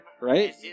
right